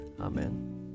Amen